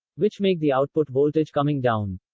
which make the output voltage coming down.